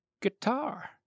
guitar